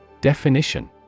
Definition